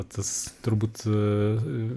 tas turbūt